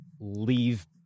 leave